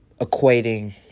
equating